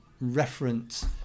reference